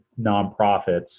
nonprofits